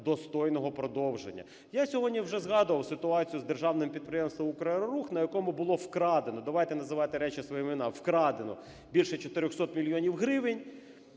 достойного продовження. Я сьогодні вже згадував ситуацію з Державним підприємством "Украерорух", на якому було вкрадено (давайте називати речі своїми іменами – вкрадено) більше 400 мільйонів гривень.